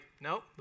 nope